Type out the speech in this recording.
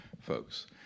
folks